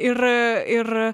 ir ir